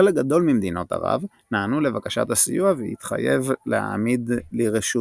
חלק גדול ממדינות ערב נענו לבקשת הסיוע והתחייב להעמיד לרשות